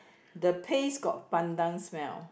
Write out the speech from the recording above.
the paste got pandan smell